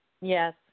Yes